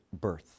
birth